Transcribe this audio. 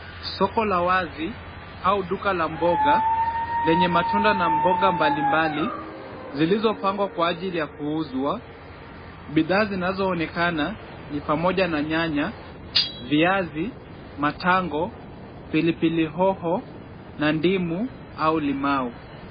Soko la wazi au duka la mboga lenye matunda na mboga mbalimbali zilizopangwa kwa ajili ya kuuzwa. Bidhaa zinazoonekana ni pamoja na nyanya, viazi ,matango , pilipili hoho na ndimu au limau.